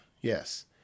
yes